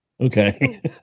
Okay